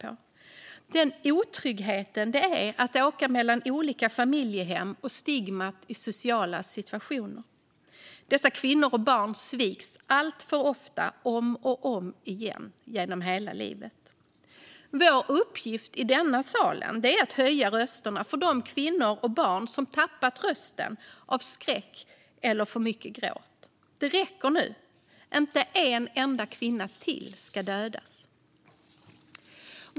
Hon vittnade också om den otrygghet det innebär att åka mellan olika familjehem och stigmat i sociala situationer. Dessa kvinnor och barn sviks alltför ofta om och om igen genom hela livet. Vår uppgift i denna sal är att höja rösterna för de kvinnor och barn som tappat rösten av skräck eller av för mycket gråt. Det räcker nu! Inte en enda kvinna till ska dödas!